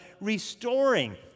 restoring